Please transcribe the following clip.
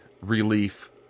relief